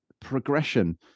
progression